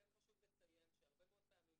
כן חשוב לציין שהרבה מאוד פעמים,